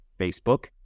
Facebook